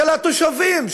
של התושבים,